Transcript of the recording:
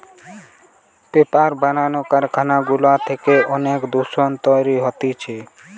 paper বানানো কারখানা গুলা থেকে অনেক দূষণ তৈরী হতিছে